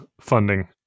funding